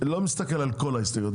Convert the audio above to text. לא מסתכל על כל ההסתייגויות.